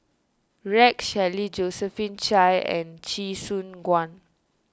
Rex Shelley Josephine Chia and Chee Soon Juan